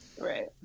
Right